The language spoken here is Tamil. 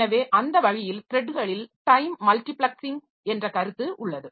எனவே அந்த வழியில் த்ரெட்களில் டைம் மல்டிபிளெக்ஸிங் என்ற கருத்து உள்ளது